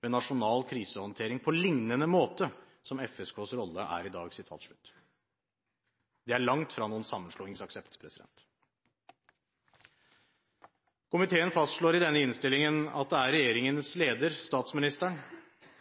ved nasjonal krisehåndtering på lignende måte som FSKs rolle er i dag.» Det er langt fra noen sammenslåingsaksept. Komiteen fastslår i denne innstillingen at det er «regjeringens ledelse, statsministeren,